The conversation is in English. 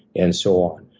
and so on.